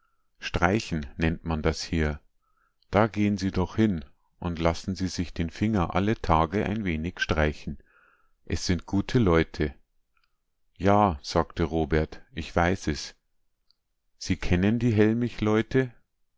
streichen nennt man das hier da gehn sie doch hin und lassen sie sich den finger alle tage ein wenig streichen es sind gute leute ja sagte robert ich weiß es sie kennen die